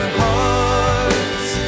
hearts